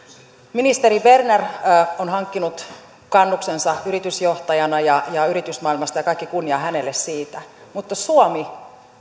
ministeri berner on hankkinut kannuksensa yritysjohtajana ja yritysmaailmasta ja kaikki kunnia hänelle siitä mutta suomi